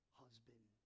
husband